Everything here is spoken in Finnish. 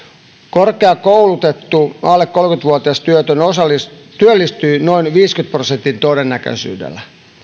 korkeakoulutettu alle kolmekymmentä vuotias työtön työllistyy noin viidenkymmenen prosentin todennäköisyydellä